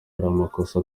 amakosa